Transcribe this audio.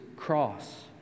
cross